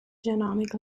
genomic